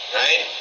right